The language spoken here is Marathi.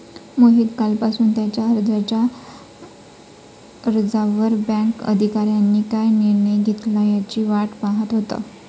मोहित कालपासून त्याच्या कर्जाच्या अर्जावर बँक अधिकाऱ्यांनी काय निर्णय घेतला याची वाट पाहत होता